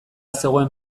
zegoen